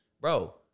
bro